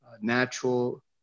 natural